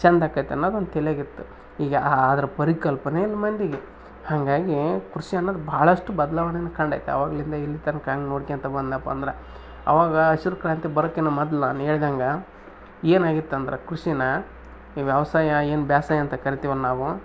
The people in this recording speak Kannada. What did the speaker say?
ಚೆಂದ ಆಕೈತಿ ಅನ್ನೊದ್ ಒಂದು ತಲಿಯಾಗ್ ಇತ್ತು ಈಗ ಅದ್ರ ಪರಿಕಲ್ಪನೆ ಇಲ್ಲಿ ಮಂದಿಗೆ ಹಾಂಗಾಗಿ ಕೃಷಿ ಅನ್ನೋದು ಭಾಳಷ್ಟ್ ಬದಲಾವಣೆ ಕಂಡೈತ್ ಆವಾಗ್ಲಿಂದ ಇಲ್ಲಿ ತನಕ ಹಂಗ್ ನೋಡ್ಕೊಂತ ಬಂದೆನಪ್ಪಾ ಅಂದ್ರೆ ಅವಾಗ ಹಸಿರ್ ಕ್ರಾಂತಿ ಬರೊಕಿನ್ನ ಮೊದ್ಲು ನಾನು ಹೇಳ್ದಂಗಾ ಏನಾಗಿತ್ತು ಅಂದ್ರೆ ಕೃಷಿನ ಈ ವ್ಯವಸಾಯ ಏನು ಬೇಸಾಯ ಅಂತ ಕರಿತೀವಿ ನಾವು